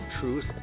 Truth